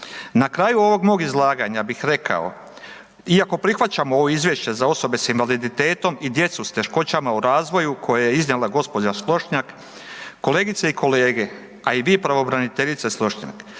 Na kraju ovog mog izlaganja bih rekao, iako prihvaćam ovo izvješće za osobe s invaliditetom i djecu s teškoćama u razvoju koje je iznijela gđa. Slošnjak, kolegice i kolege, a i vi pravobraniteljice Slošnjak,